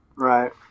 Right